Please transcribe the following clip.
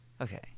Okay